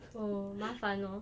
oh 麻烦 oh